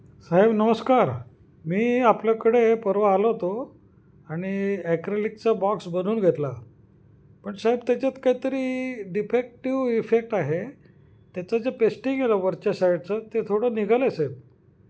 साहेब नमस्कार मी आपल्याकडे परवा आलो होतो आणि ॲक्रेलिकचा बॉक्स बनवून घेतला पण साहेब त्याच्यात काहीतरी डिफेक्टिव इफेक्ट आहे त्याचं जे पेस्टिंग केलं वरच्या साईडचं ते थोडं निघालं आहे साहेब